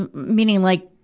and meaning, like,